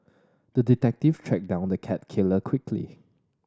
the detective tracked down the cat killer quickly